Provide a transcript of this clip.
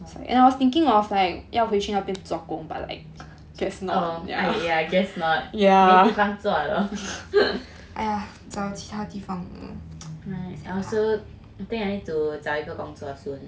I guess not 没地方做了 I also I think I need to 找一个工作 soon